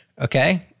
Okay